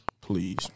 Please